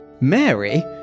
Mary